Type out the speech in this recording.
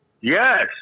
Yes